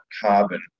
carbon